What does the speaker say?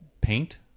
paint